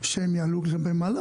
שהם יעלו למעלה?